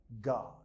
god